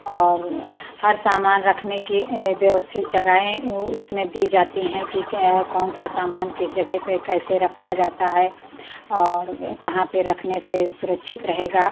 और हर सामान रखने की व्यवस्थित जगहें उसमें दी जाती हैं कि कौन सा सामान किस जगह पे कैसे रखा जाता है और कहाँ पे रखने से सुरक्षित रहेगा